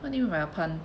what do you mean by a pun